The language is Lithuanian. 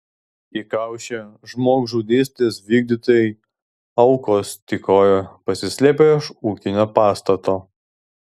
įkaušę žmogžudystės vykdytojai aukos tykojo pasislėpę už ūkinio pastato